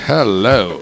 Hello